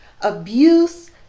abuse